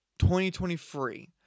2023